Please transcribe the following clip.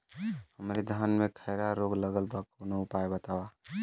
हमरे धान में खैरा रोग लगल बा कवनो उपाय बतावा?